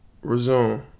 Resume